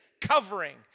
covering